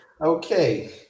okay